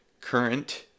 current